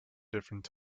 different